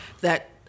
that-